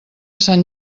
sant